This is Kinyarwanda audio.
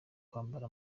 kwambara